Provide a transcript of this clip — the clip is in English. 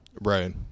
Right